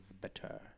better